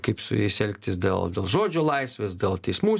kaip su jais elgtis dėl dėl žodžio laisvės dėl teismų